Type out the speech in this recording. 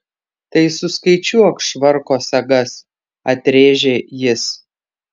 tai suskaičiuok švarko sagas atrėžė jis